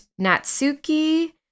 natsuki